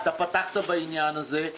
אדוני היושב-ראש, פתחת בעניין הזה.